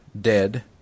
dead